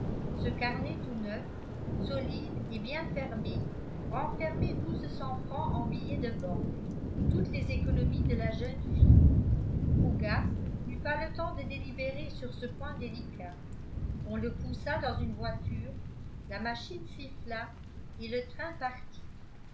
ce carnet tout neuf solide et bien fermé renfermait douze cents francs en billets de banque toutes les économies de la jeune fille fougas n'eut pas le temps de délibérer sur ce point délicat on le poussa dans une voiture la machine siffla et le train partit